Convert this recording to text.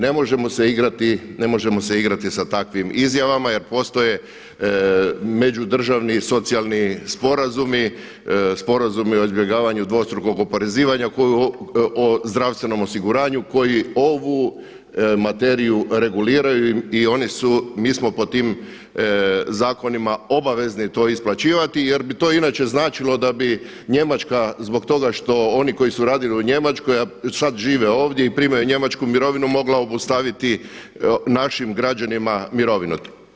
Ne možemo se igrati sa takvim izjavama jer postoje međudržavni i socijalni sporazumi, sporazumi o izbjegavanju dvostrukog oporezivanja o zdravstvenom osiguranju koji ovu materiju reguliraju i oni su, mi smo po tim zakonima obavezni to isplaćivati jer bi to inače značilo da bi Njemačka zbog toga što oni koji su radili u Njemačkoj a sada žive ovdje i primaju Njemačku mirovinu mogla obustaviti našim građanima mirovinu.